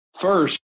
First